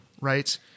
right